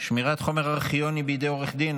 (שמירת חומר ארכיוני בידי עורך דין),